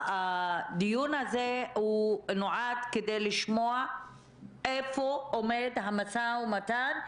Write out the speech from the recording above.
הדיון הזה נועד כדי לשמוע איפה עומד המשא-ומתן,